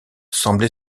semble